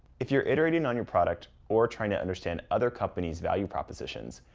if you're iterating on your product, or trying to understand other companies' value propositions,